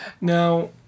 Now